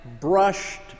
brushed